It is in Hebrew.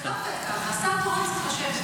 היא מסמנת ויוצאת.